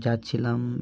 যাচ্ছিলাম